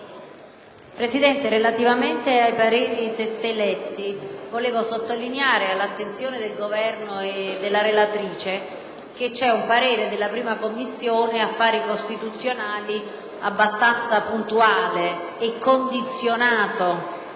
Presidente, relativamente ai pareri testé letti, volevo sottolineare all'attenzione del Governo e della relatrice che c'è un parere della Commissione affari costituzionali abbastanza puntuale e condizionato.